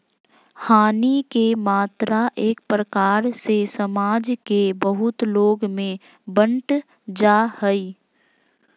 हानि के मात्रा एक प्रकार से समाज के बहुत लोग में बंट जा हइ